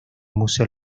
museo